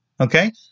Okay